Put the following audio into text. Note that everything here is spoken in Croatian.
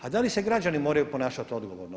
A da li se građani moraju ponašati odgovorno?